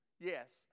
Yes